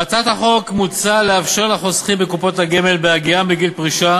בהצעת החוק מוצע לאפשר לחוסכים בקופות הגמל בהגיעם לגיל פרישה